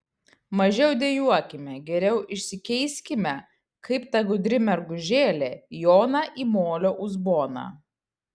mažiau dejuokime geriau išsikeiskime kaip ta gudri mergužėlė joną į molio uzboną